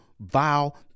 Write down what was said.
vile